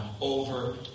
over